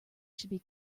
should